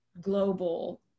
global